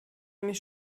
mich